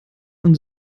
und